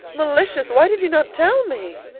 malicious! why did you not tell me?